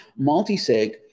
multisig